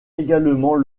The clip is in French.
également